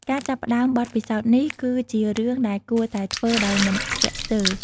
ការចាប់ផ្តើមបទពិសោធន៍នេះគឺជារឿងដែលគួរតែធ្វើដោយមិនស្ទាក់ស្ទើរ។